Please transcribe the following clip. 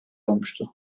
olmuştu